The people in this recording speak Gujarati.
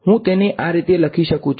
હું તેને આ રીતે લખી શકું છું